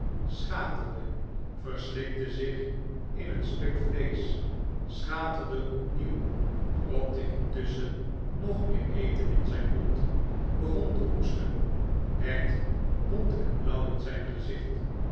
schaterde verslikte zich in een stuk vleesch schaterde opnieuw propte intusschen nog meer eten in zijn mond begon te hoesten werd bont en blauw in zijn gezicht